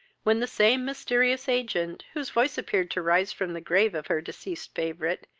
when the same mysterious agent, whose voice appeared to rise from the grave of her deceased favourite,